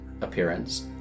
appearance